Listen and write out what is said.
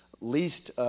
least